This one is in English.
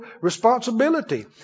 responsibility